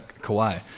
Kawhi